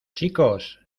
chicos